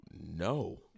no